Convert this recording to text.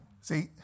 See